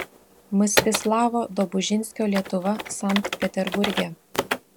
mstislavo dobužinskio lietuva sankt peterburge